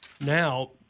Now